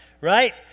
right